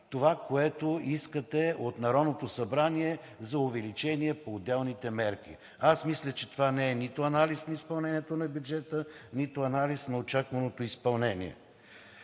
това, което искате от Народното събрание за увеличение по отделните мерки. Аз мисля, че това не е нито анализ на изпълнението на бюджета, нито анализ на очакваното изпълнение.